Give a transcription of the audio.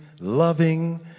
loving